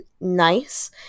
nice